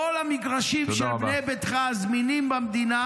כל המגרשים של בנה ביתך הזמינים במדינה